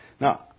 Now